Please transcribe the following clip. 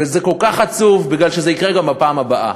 וזה כל כך עצוב, בגלל שזה יקרה גם בפעם הבאה.